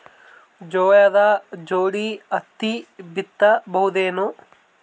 ಜೋಳದ ಜೋಡಿ ಹತ್ತಿ ಬಿತ್ತ ಬಹುದೇನು?